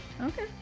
Okay